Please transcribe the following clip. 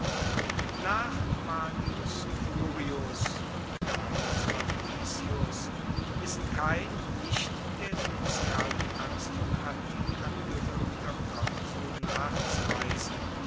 nach manius curius und gaius fabricius ist kein nicht der sozialen aristokratie angehoeriger konsul nachzuweisen